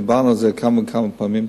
דיברנו על זה כבר כמה וכמה פעמים,